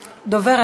הצבעתם.